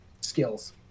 skills